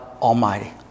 Almighty